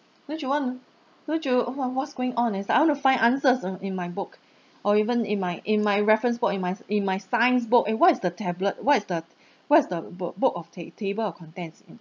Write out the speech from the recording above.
don't you want to don't you oh what's going on and say I want to find answers uh in my book or even in my in my reference in my in my science book eh what is the tablet what is the what's the b~ book of ta~ table or contents